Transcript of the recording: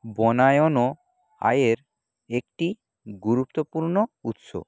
বনায়নও আয়ের একটি গুরুত্বপূর্ণ উৎস